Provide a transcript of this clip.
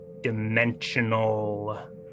dimensional